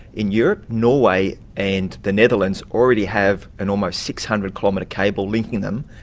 in europe, norway and the netherlands already have an almost six hundred kilometre cable linking them,